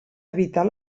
evitar